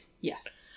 yes